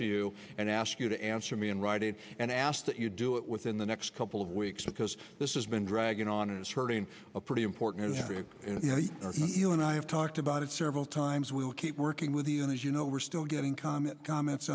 to you and ask you to answer me in writing and i ask that you do it within the next couple of weeks because this is been dragging on and it's hurting a pretty important topic you and i have talked about it several times we will keep working with you as you know we're still getting comment comments